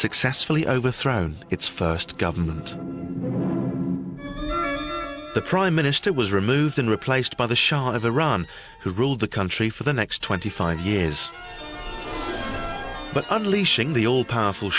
successfully overthrown its first government the prime minister was removed and replaced by the shah of iran who ruled the country for the next twenty five years but unleashing the